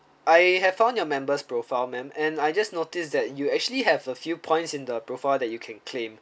I have found your members profile ma'am and I just noticed that you actually have a few points in the profile that you can claim